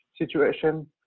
situation